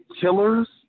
killers